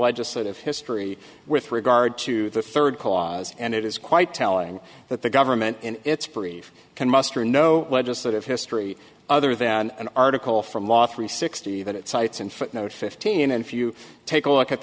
legislative history with regard to the third cause and it is quite telling that the government in its brief can muster no legislative history other than an article from law three sixty that it cites in footnote fifteen and if you take a look at